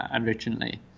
originally